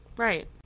Right